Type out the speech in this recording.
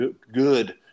good